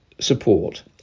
support